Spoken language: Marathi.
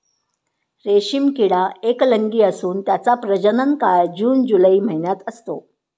रेशीम किडा एकलिंगी असून त्याचा प्रजनन काळ जून जुलै महिन्यात असतो